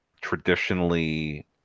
Traditionally